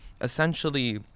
essentially